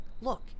Look